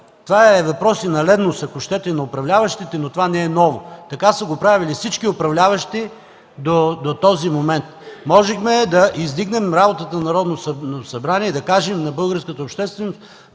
Това е въпрос и на леност, ако щете, на управляващите, но това не е ново – така са го правили всички управляващи до този момент. Можехме да издигнем работата на Народното събрание и да кажем на българската общественост: